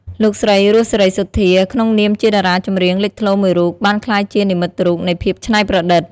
លោកស្រី រស់ សេរីសុទ្ធា ក្នុងនាមជាតារាចម្រៀងលេចធ្លោមួយរូប បានក្លាយជា និមិត្តរូបនៃភាពច្នៃប្រឌិត ។